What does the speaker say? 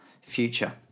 future